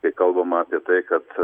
kai kalbama apie tai kad